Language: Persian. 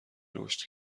رشد